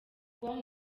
com